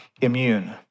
immune